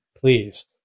please